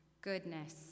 goodness